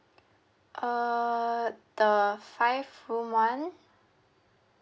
uh the five room one